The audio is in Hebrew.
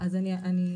אז אני ארחיב.